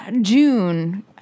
June